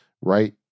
right